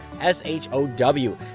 S-H-O-W